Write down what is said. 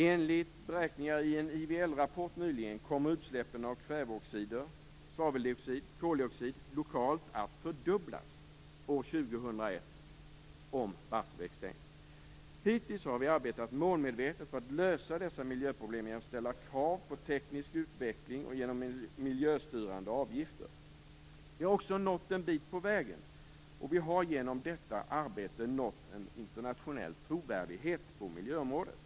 Enligt beräkningar i en IVL-rapport nyligen, kommer utsläppen av kväveoxider, svaveldioxid och koldioxid lokalt att fördubblas år 2001 om Barsebäck stängs. Hittills har vi arbetat målmedvetet för att lösa dessa miljöproblem genom att ställa krav på teknisk utveckling och genom miljöstyrande avgifter. Vi har också nått en bit på väg, och vi har genom detta arbete fått en internationell trovärdighet på miljöområdet.